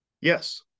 Yes